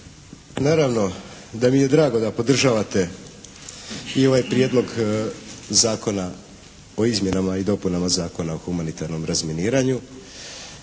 Naravno da mi je drago da podržavate i ovaj Prijedlog zakona o izmjenama i dopunama Zakona o humanitarnom razminiranju